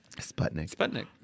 Sputnik